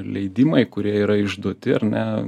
leidimai kurie yra išduoti ar ne